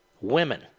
women